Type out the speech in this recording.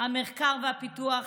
המחקר והפיתוח,